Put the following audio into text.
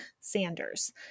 Sanders